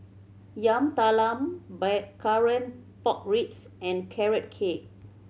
Yam Talam Blackcurrant Pork Ribs and Carrot Cake